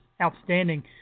outstanding